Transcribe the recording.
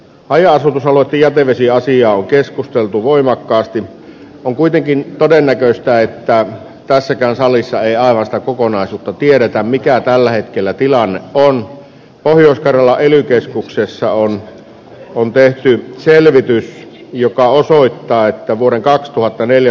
paja aloitti jätevesiasia on keskusteltu voimakkaasti on kuitenkin todennäköistä että hän pääsi kansalliseen jaloista kokonaisuutta tiedetä mikä tällä hetkellä tilanne on pohjois karjala ely keskuksessa on on tehty selvitys joka osoittaa että vuoden kaksituhattaneljä